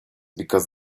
because